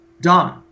done